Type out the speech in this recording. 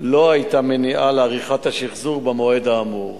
לא היתה מניעה לעריכת השחזור במועד האמור.